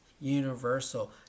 universal